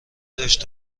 داشت